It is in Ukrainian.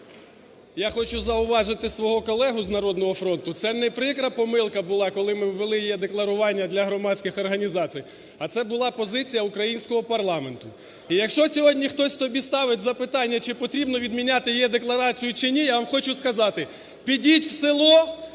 Я хочу зауважити своєму колезі із "Народного фронту", це не прикра помилка була, коли ми ввели е-декларування для громадських організацій, а це була позиція українського парламенту. І якщо сьогодні хтось собі ставить запитання, чи потрібно відміняти е-декларацію, чи ні, я вам хочу сказати, підіть в село